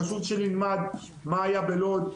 חשוב שנלמד מה היה בלוד,